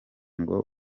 ngo